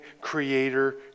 creator